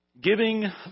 giving